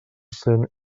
cent